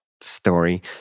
story